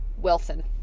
wilson